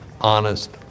honest